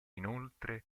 inoltre